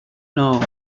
know